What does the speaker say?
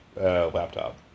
laptop